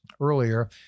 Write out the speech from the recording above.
earlier